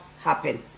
happen